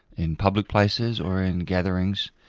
in public places or in gatherings.